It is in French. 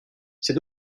c’est